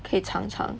可以尝尝